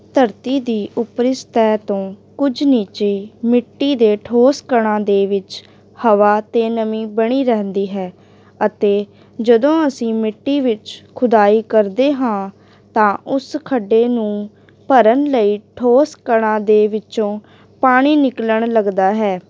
ਧਰਤੀ ਦੀ ਉੱਪਰੀ ਸਤਹ ਤੋਂ ਕੁਝ ਨੀਚੇ ਮਿੱਟੀ ਦੇ ਠੋਸ ਕਣਾਂ ਦੇ ਵਿੱਚ ਹਵਾ ਅਤੇ ਨਮੀ ਬਣੀ ਰਹਿੰਦੀ ਹੈ ਅਤੇ ਜਦੋਂ ਅਸੀਂ ਮਿੱਟੀ ਵਿੱਚ ਖੁਦਾਈ ਕਰਦੇ ਹਾਂ ਤਾਂ ਉਸ ਖੱਡੇ ਨੂੰ ਭਰਨ ਲਈ ਠੋਸ ਕਣਾਂ ਦੇ ਵਿੱਚੋਂ ਪਾਣੀ ਨਿਕਲਣ ਲੱਗਦਾ ਹੈ